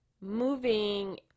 moving